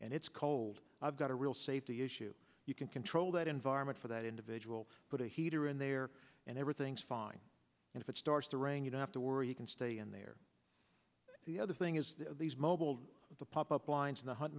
and it's cold i've got a real safety issue you can that environment for that individual put a heater in there and everything's fine and if it starts to rain you don't have to worry you can stay in there the other thing is these mobile the pop up lines in the hunt